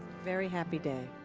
very happy day.